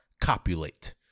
copulate